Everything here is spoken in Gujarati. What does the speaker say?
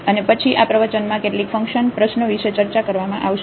અને પછી આ પ્રવચનમાં કેટલીક ફંકશન પ્રશ્નો વિશે ચર્ચા કરવામાં આવશે